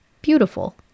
beautiful